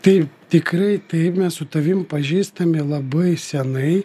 taip tikrai taip mes su tavim pažįstami labai senai